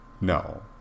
no